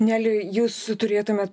neli jūs turėtumėt